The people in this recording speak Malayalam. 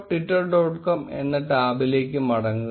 com എന്ന ടാബിലേക്ക് മടങ്ങുക